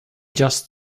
just